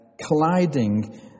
colliding